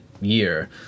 year